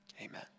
Amen